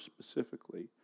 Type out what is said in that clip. specifically